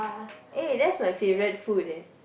eh that's my favourite food eh